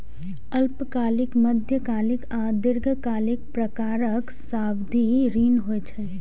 अल्पकालिक, मध्यकालिक आ दीर्घकालिक प्रकारक सावधि ऋण होइ छै